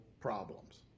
problems